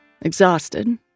exhausted